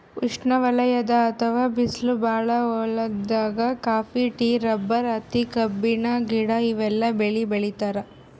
ಉಷ್ಣವಲಯದ್ ಅಥವಾ ಬಿಸ್ಲ್ ಭಾಳ್ ಹೊಲ್ದಾಗ ಕಾಫಿ, ಟೀ, ರಬ್ಬರ್, ಹತ್ತಿ, ಕಬ್ಬಿನ ಗಿಡ ಇವೆಲ್ಲ ಬೆಳಿ ಬೆಳಿತಾರ್